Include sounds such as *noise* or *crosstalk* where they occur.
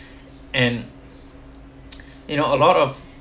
and *noise* you know a lot of